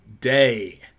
day